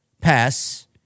Pass